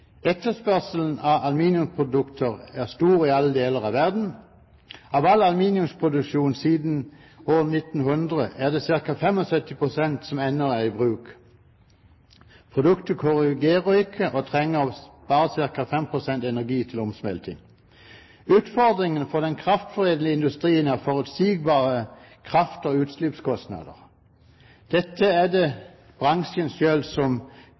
Etterspørselen etter aluminiumsprodukter er stor i alle deler av verden. Av all aluminiumsproduksjon siden 1900 er ca. 75 pst. ennå i bruk. Produktet korroderer ikke og trenger bare ca. 5 pst. energi til omsmelting. Utfordringen for den kraftforedlende industrien er forutsigbare kraft- og utslippskostnader. Dette er det bransjen selv som